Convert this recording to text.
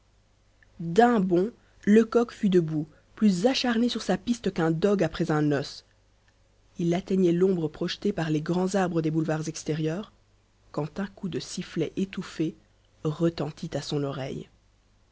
lecoq fut debout plus acharné sur sa piste qu'un dogue après un os il atteignait l'ombre projetée par les grands arbres des boulevards extérieurs quand un coup de sifflet étouffé retentit à son oreille